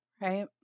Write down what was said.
right